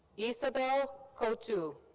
ysabelle coutu.